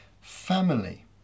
family